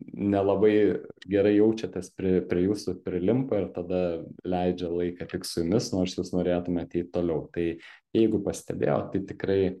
nelabai gerai jaučiatės pri prie jūsų prilimpa ir tada leidžia laiką tik su jumis nors jūs norėtumėt eit toliau tai jeigu pastebėjot tai tikrai